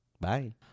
Bye